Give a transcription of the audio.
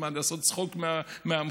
לעשות צחוק מהמחוקק?